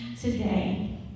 today